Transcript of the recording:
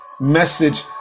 message